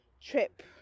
trip